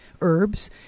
herbs